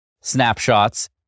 snapshots